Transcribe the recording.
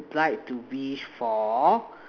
applied to before